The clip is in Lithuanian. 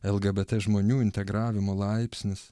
lgbt žmonių integravimo laipsnis